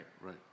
right